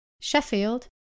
Sheffield